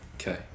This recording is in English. Okay